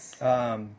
yes